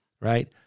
right